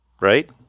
Right